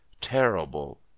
terrible